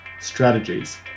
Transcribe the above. strategies